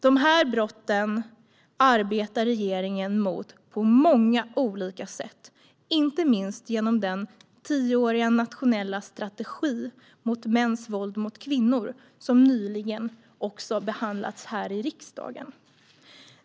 Dessa brott arbetar regeringen mot på många olika sätt, inte minst genom den tioåriga nationella strategi mot mäns våld mot kvinnor som nyligen har behandlats här i riksdagen.